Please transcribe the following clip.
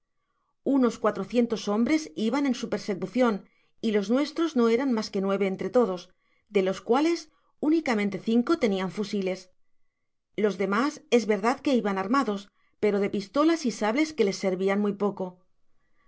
unos cuatrocientos hombres iban en su persecucion y los nuestros no eran mas que nueve entre todos de los cuales únicamente cinco tenian'fusiles los demas es verdad que iban armados pero era de pistolas y sables que les servian muy poco